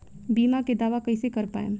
बीमा के दावा कईसे कर पाएम?